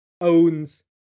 owns